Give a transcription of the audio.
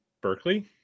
Berkeley